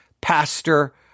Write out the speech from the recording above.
Pastor